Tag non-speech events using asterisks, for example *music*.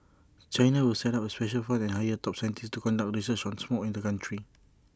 China will set up A special fund and hire top scientists to conduct research on smog in the country *noise*